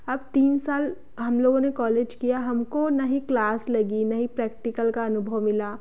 अब तीन साल हम लोगों ने कॉलेज किया हमको ना ही क्लास लगी ना ही प्रैक्टिकल का अनुभव मिला